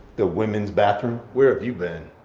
the women's bathroom? where have you been?